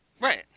Right